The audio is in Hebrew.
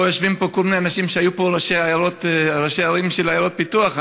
יושבים פה כל מיני אנשים שהיו ראשי ערים של עיירות פיתוח,